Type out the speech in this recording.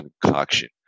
concoction